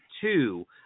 two